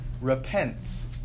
repents